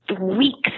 weeks